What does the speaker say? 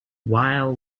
while